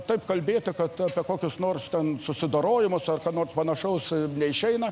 taip kalbėta kad apie kokius nors ten susidorojimus ar ką nors panašaus neišeina